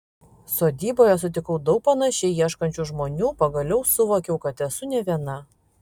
sodyboje sutikau daug panašiai ieškančių žmonių pagaliau suvokiau kad esu ne viena